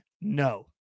No